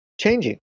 changing